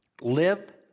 live